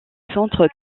centre